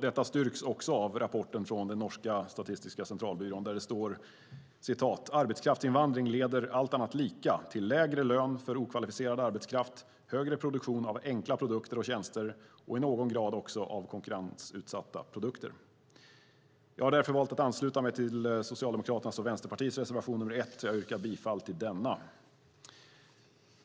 Detta styrks också av rapporten från norska statistiska centralbyrån där det står så här: "Arbetskraftsinvandring leder, allt annat lika, till lägre lön för okvalificerad arbetskraft, högre produktion av enkla produkter och tjänster och i någon grad också av konkurrensutsatta produkter." Jag har därför valt att ansluta mig till reservation 1 från Socialdemokraterna och Vänsterpartiet och yrkar bifall till densamma.